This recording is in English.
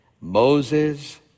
Moses